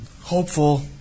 hopeful